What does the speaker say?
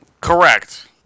Correct